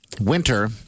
winter